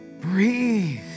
breathe